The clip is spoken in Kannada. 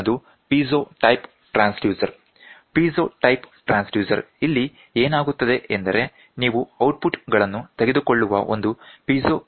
ಮುಂದಿನದು piezo type transducer piezo type transducer ಇಲ್ಲಿ ಏನಾಗುತ್ತದೆ ಎಂದರೆ ನೀವು ಔಟ್ಪುಟ್ ಗಳನ್ನು ತೆಗೆದುಕೊಳ್ಳುವ ಒಂದು ಪೀಜೊ ಕ್ರಿಸ್ಟಲ್ ಅನ್ನು ಹೊಂದಿರುತ್ತೀರಿ